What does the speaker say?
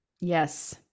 Yes